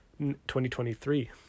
2023